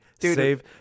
save